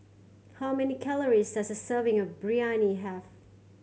how many calories does a serving of Biryani have